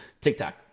TikTok